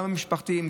גם המשפחתיים,